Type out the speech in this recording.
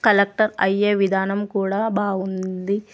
collector అయ్యే విధానం కూడా బాగుంది